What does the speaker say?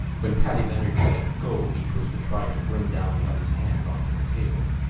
when paddy leonard said go! each was to try to bring down the other's hand on to the table.